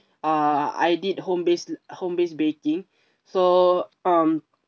uh I did home based l~ home base baking so um